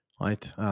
right